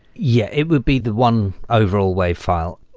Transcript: yeah. it would be the one overall wave file.